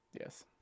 Yes